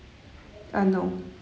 ah no